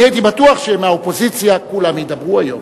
אני הייתי בטוח שמהאופוזיציה כולם ידברו היום,